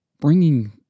bringing